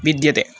विद्यते